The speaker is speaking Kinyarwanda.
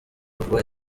vuba